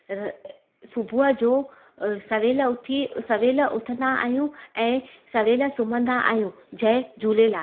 सुॿुह जो सवेल उथी सवेलु उथंदा आहिंयूं ऐं सवेलु सुम्हंदा आहिंयूं जय झूले लाल